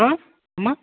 అమ్మా